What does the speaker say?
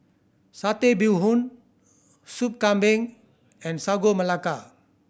Satay Bee Hoon Soup Kambing and Sagu Melaka